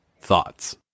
Thoughts